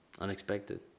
Unexpected